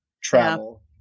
travel